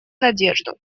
надежду